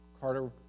Carter